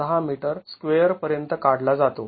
६ metre square पर्यंत काढला जातो